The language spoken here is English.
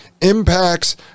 impacts